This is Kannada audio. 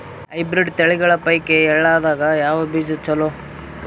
ಹೈಬ್ರಿಡ್ ತಳಿಗಳ ಪೈಕಿ ಎಳ್ಳ ದಾಗ ಯಾವ ಬೀಜ ಚಲೋ?